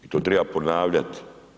To treba ponavljati.